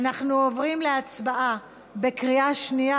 אנחנו עוברים להצבעה בקריאה שנייה,